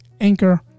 Anchor